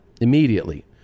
immediately